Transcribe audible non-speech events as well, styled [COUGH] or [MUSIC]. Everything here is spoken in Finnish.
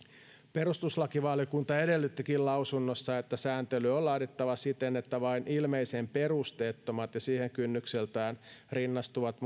perustuslakivaliokunta edellyttikin lausunnossa että sääntely on laadittava siten että vain ilmeisen perusteettomat ja siihen kynnykseltään rinnastuvat [UNINTELLIGIBLE]